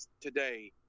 today